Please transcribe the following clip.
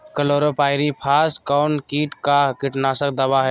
Chlorpyrifos कौन किट का कीटनाशक दवा है?